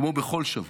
כמו בכל שבוע.